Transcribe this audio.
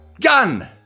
Gun